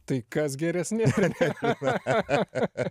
tai kas geresni cha